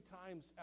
times